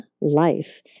Life